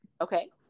Okay